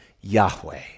Yahweh